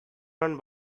run